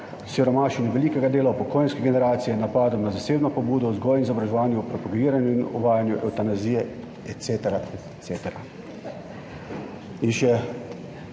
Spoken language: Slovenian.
siromašenja velikega dela upokojenske generacije, napadov na zasebno pobudo, vzgojo in izobraževanje, propagiranje in uvajanje evtanazije, et cetera, et